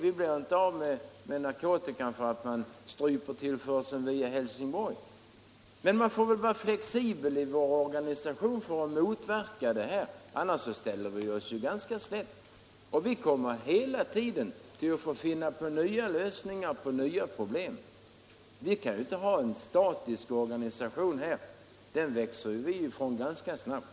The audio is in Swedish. Vi blir inte av med narkotikan därför att man stryper tillförseln vid Helsingborg. Men vi måste väl ha en flexibel organisation, för annars står vi oss ganska slätt. Vi kommer alltid att vara tvungna att finna nya lösningar på nya problem. Vi kan inte ha en statisk organisation, för en sådan växer vi ifrån ganska snabbt.